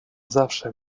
zawsze